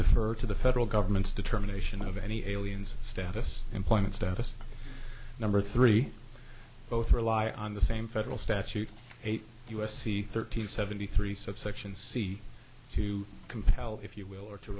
deferred to the federal government's determination of any aliens status employment status number three both rely on the same federal statute eight u s c thirty seventy three subsection c to compel if you will or to